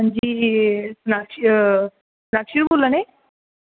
जी नेईं साक्षी होर साक्षी होर बोला दे